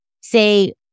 say